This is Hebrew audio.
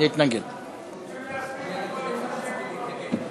רוצים להספיק הכול לפני